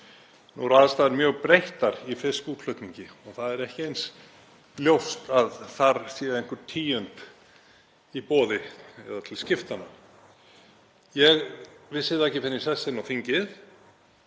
Nú eru aðstæður mjög breyttar í fiskútflutningi og það er ekki eins ljóst að þar sé einhver tíund í boði eða til skiptanna. Ég vissi það ekki fyrr en ég settist inn á þingið